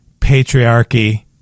patriarchy